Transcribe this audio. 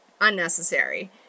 unnecessary